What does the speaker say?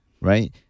right